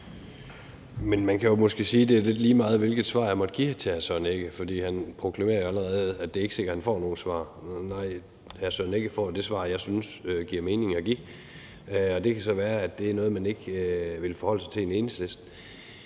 måske sige, at det er lidt lige meget, hvilket svar jeg måtte give hr. Søren Egge Rasmussen, for han proklamerer jo allerede, at det ikke er sikkert, at han får nogen svar. Nej, hr. Søren Egge Rasmussen får det svar, som jeg synes giver mening at give. Det kan så være, at det er noget, man ikke vil forholde sig til i Enhedslisten.